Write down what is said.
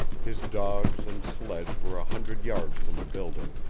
his dogs and sledge were a hundred yards from the building,